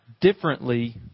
differently